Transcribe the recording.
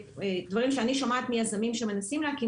דברים שאני שומעת מיזמים שמנסים להקים